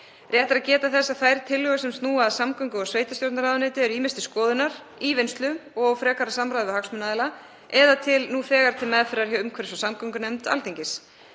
Rétt er að geta þess að þær tillögur sem snúa að samgöngu- og sveitarstjórnarráðuneyti eru ýmist til skoðunar, í vinnslu og frekara samráði við hagsmunaaðila eða nú þegar til meðferðar hjá umhverfis- og samgöngunefnd Alþingis.